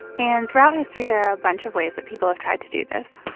and throughout history, there are a bunch of ways that people have tried to do this